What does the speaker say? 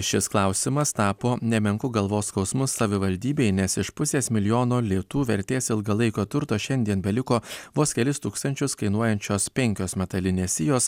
šis klausimas tapo nemenku galvos skausmu savivaldybei nes iš pusės milijono litų vertės ilgalaikio turto šiandien beliko vos kelis tūkstančius kainuojančios penkios metalinės sijos